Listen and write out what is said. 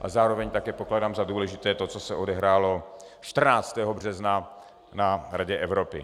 A zároveň také pokládám za důležité to, co se odehrálo 14. března na Radě Evropy.